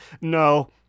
no